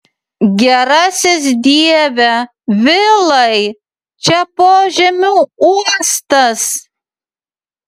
gerasis dieve vilai čia požemių uostas